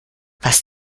was